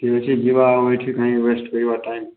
ଠିକ୍ଅଛି ଯିବା ଆଉ ଏହିଠି କାଇଁ ୱେଷ୍ଟ କରିବା ଟାଇମ୍